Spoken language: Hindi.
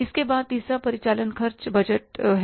इसके बाद तीसरा परिचालन खर्च बजट है